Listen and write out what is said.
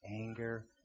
anger